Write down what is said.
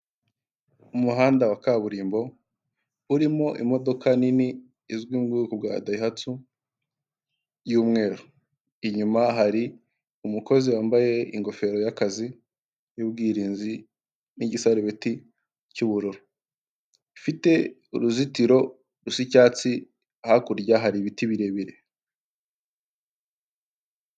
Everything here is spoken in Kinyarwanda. Umuhanda wa kaburimbo urimo imodoka nini izwi mu bwoko bwa dayihatsu y'umweru, inyuma hari umukozi wambaye ingofero y'akazi y'ubwirinzi n'igisarubeti cy'ubururu, ifite uruzitiro rusa icyatsi, hakurya hari ibiti birebire.